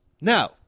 No